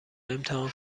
امتحان